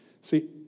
See